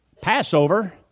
Passover